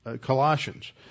Colossians